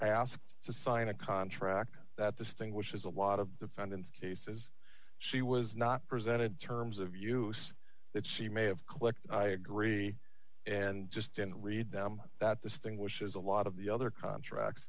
asked to sign a contract that distinguishes a lot of defendants cases she was not presented terms of use that she may have clicked i agree and just didn't read them that this thing which is a lot of the other contracts